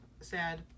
sad